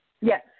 Yes